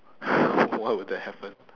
why would that happen